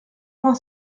vingt